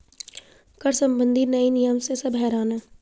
कर संबंधी नए नियम से सब हैरान हैं